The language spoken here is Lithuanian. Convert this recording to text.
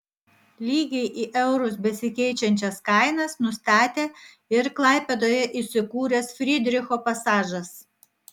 lygiai į eurus besikeičiančias kainas nustatė ir klaipėdoje įsikūręs frydricho pasažas